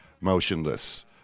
motionless